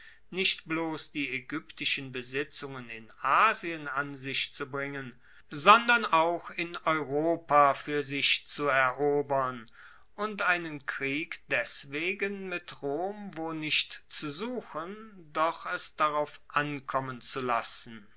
nicht bloss die aegyptischen besitzungen in asien an sich zu bringen sondern auch in europa fuer sich zu erobern und einen krieg deswegen mit rom wo nicht zu suchen doch es darauf ankommen zu lassen